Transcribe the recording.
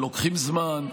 שלוקחים זמן.